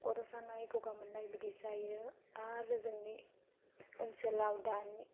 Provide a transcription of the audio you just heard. खर' सानाय गगा मोननाय बिदि जायो आरो जोंनि ओनसोलाव दानि